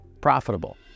profitable